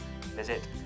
visit